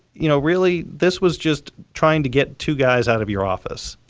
you know, really, this was just trying to get two guys out of your office.